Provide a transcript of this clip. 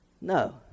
No